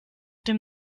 dem